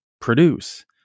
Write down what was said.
produce